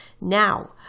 Now